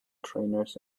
trainers